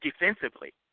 defensively